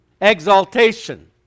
exaltation